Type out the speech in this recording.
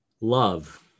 Love